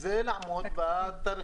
צריך לעמוד בתאריכים,